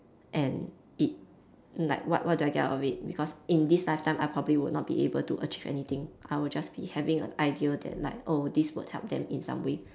and it like what what do I get out of it because in this lifetime I probably would not be able achieve anything I will just be having a idea that like oh this will help them in some way